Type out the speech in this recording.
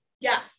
Yes